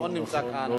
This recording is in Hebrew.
נכון.